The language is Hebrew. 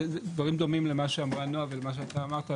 דברים דומים למה שאמרה נעה ולמה שאתה אמרת,